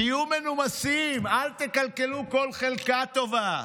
תהיו מנומסים, אל תקלקלו כל חלקה טובה,